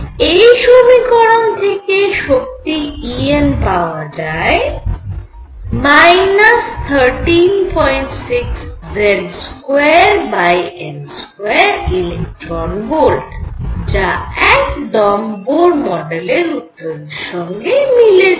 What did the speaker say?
এই সমীকরণ থেকে শক্তি En পাওয়া যায় 136Z2n2 ইলেকট্রন ভোল্ট যা একদম বোর মডেলের উত্তরের সঙ্গে মিলে যায়